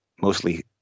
mostly